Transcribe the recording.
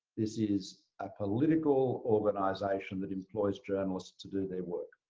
is is a political organization that employs journalists to do their work,